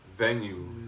Venue